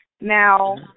Now